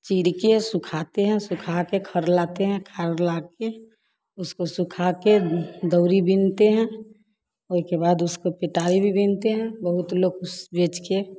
चीर के सुखाते हैं सुखा के घर लाते हैं घर ला के उसको सुखा के दरी बुनते हैं उसके बाद उसकी चटाई भी बुनते हैं बहुत उस लोग बेच के